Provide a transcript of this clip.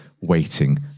waiting